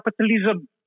capitalism